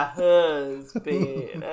husband